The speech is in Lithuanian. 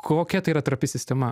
kokia tai yra trapi sistema